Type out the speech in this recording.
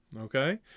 Okay